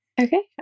Okay